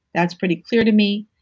that's pretty clear to me.